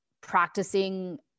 practicing